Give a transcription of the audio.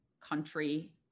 country